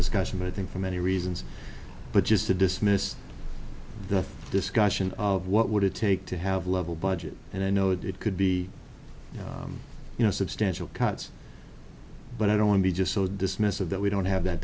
discussion i think for many reasons but just to dismiss the discussion of what would it take to have level budget and i know that it could be you know substantial cuts but i don't want to be just so dismissive that we don't have that